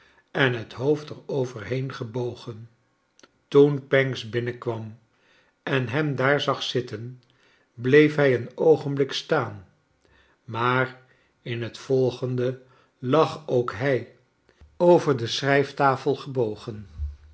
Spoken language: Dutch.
en het hoofd er overheen gebogen toen pancks binnenkwam en hem daar zag zitten bleef hij een oogenblik staan maar in het volgende lag ook hij over de schrijftafel gebogen